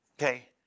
okay